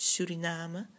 Suriname